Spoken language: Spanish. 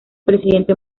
presidente